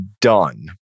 done